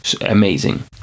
amazing